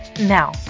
Now